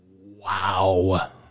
wow